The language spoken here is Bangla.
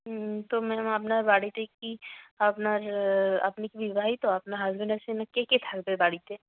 হুম তো ম্যাম আপনার বাড়িতে কি আপনার আপনি কি বিবাহিত আপনার হাজবেন্ড আছে না কে কে থাকবে বাড়িতে